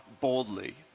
boldly